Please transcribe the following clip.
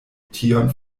tion